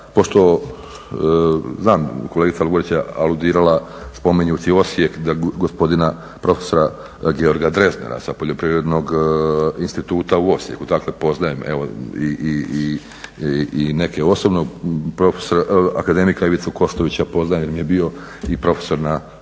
pošto znam kolegica Lugarić je aludirala spominjući Osijek, gospodina profesora Georga Dreznera sa Poljoprivrednog instituta u Osijeku, dakle poznajem evo i neke osobno akademika Ivicu Kostovića poznajem jer mi je bio i profesor na